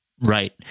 Right